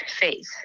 faith